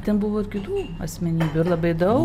ten buvo ir kitų asmenybių ir labai daug